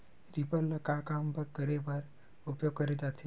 Reaper ल का काम बर उपयोग करे जाथे?